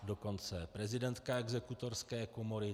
Dokonce prezidentka Exekutorské komory.